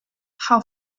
how